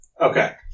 Okay